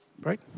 Right